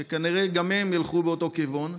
שכנראה גם הם ילכו באותו כיוון.